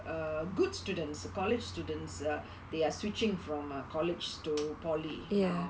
uh good students college students they are switching from a college to polytechnic now